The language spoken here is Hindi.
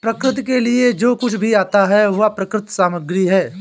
प्रकृति के लिए जो कुछ भी आता है वह प्राकृतिक सामग्री है